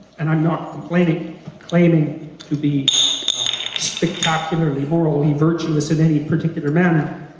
and i'm not claiming claiming to be spectacularly morally virtuous in any particular manner,